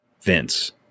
Vince